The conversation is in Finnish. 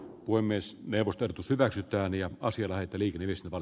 voi myös neuvoston hyväksytään ja pasi laitteli kyvystä val